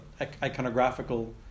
iconographical